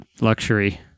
luxury